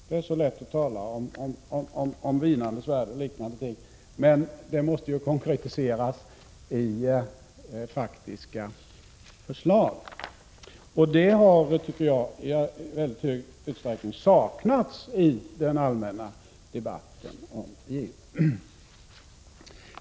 Det är lätt att tala om besvärsrätt och liknande ting, men dessa måste då konkretiseras i faktiska förslag. Jag tycker att sådana i mycket hög grad har saknats i den allmänna debatten om JO.